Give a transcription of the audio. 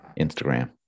Instagram